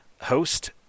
host